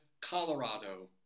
Colorado